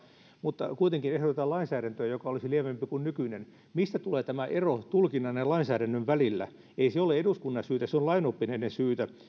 mutta kuitenkin ehdotetaan lainsäädäntöä joka olisi lievempi kuin nykyinen mistä tulee tämä ero tulkinnan ja lainsäädännön välillä ei se ole eduskunnan syytä se on lainoppineiden syytä